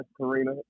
Karina